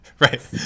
Right